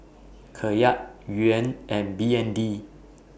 Kyat Yuan and B N D